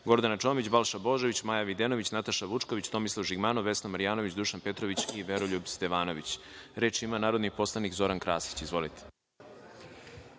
Gordana Čomić, Balša Božović, Maja Videnović, Nataša Vučković, Tomislav Žigmanov, Vesna Marjanović, Dušan Petrović i Veroljub Stevanović. Reč ima narodni poslanik Zoran Krasić. Izvolite.